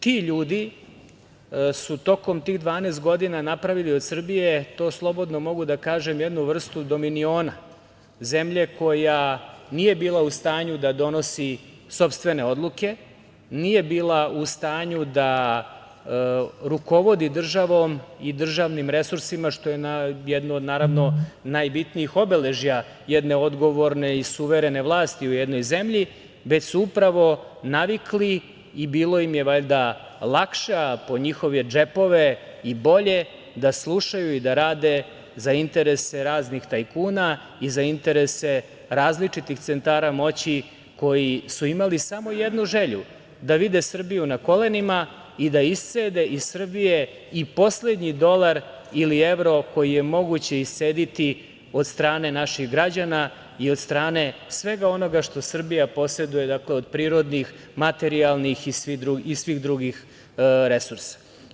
Ti ljudi su tokom tih 12 godina napravili od Srbije, to slobodno mogu da kažem, jednu vrstu dominiona, zemlje koja nije bila u stanju da donosi sopstvene odluke, nije bila u stanju da rukovodi državom i državnim resursima, što je jedno od najbitnijih obeležja jedne odgovorne i suverene vlasti u jednoj zemlji, već su upravo navikli i bilo im je valjda lakše po njihove džepove i bolje da slušaju i da rade za interese raznih tajkuna i za interese različitih centara moći, koji su imali samo jednu želju – da vide Srbiju na kolenima i da iscede iz Srbije i poslednji dolar ili evro koji je moguće iscediti od strane naših građana i od strane svega onoga što Srbija poseduje od prirodnih, materijalnih i svih drugih resursa.